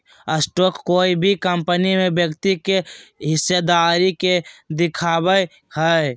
stock कोय भी company में व्यक्ति के हिस्सेदारी के दिखावय हइ